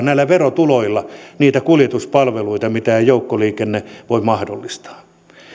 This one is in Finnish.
näillä verotuloilla niitä kuljetuspalveluita mitä ei joukkoliikenne voi mahdollistaa